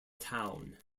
town